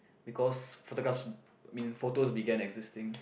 because photographs i mean photos began existing